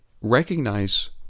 recognize